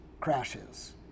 crashes